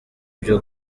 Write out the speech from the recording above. ibyo